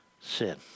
sin